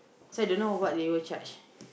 so I don't know what they will charge